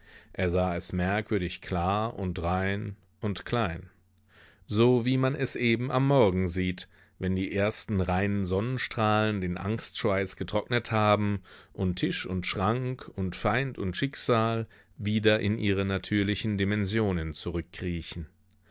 er sah es merkwürdig klar und rein und klein so wie man es eben am morgen sieht wenn die ersten reinen sonnenstrahlen den angstschweiß getrocknet haben und tisch und schrank und feind und schicksal wieder in ihre natürlichen dimensionen